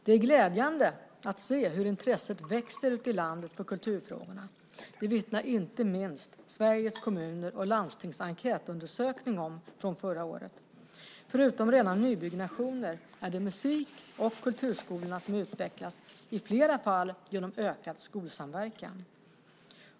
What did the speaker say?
Det är glädjande att se hur intresset växer ute i landet för kulturfrågorna. Det vittnar inte minst Sveriges Kommuner och Landstings enkätundersökning om från förra året. Förutom rena nybyggnationer är det musik och kulturskolorna som utvecklas, i flera fall genom ökad skolsamverkan.